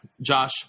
Josh